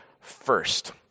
first